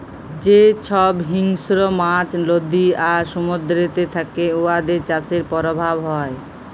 যে ছব হিংস্র মাছ লদী আর সমুদ্দুরেতে থ্যাকে উয়াদের চাষের পরভাব হ্যয়